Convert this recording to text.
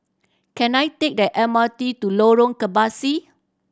can I take the M R T to Lorong Kebasi